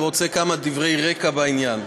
אני רוצה לומר כמה דברי רקע בעניין.